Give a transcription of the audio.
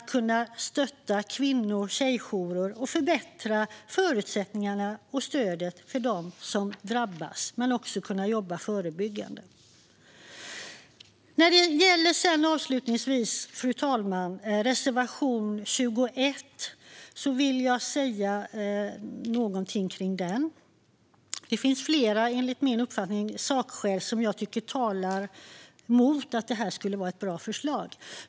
De går till att stötta kvinno och tjejjourer och förbättra förutsättningarna för och stödet till dem som drabbas, liksom till att jobba förebyggande. Fru talman! Jag vill säga någonting om reservation 21. Det finns enligt min uppfattning flera sakskäl som talar mot att detta skulle vara ett bra förslag.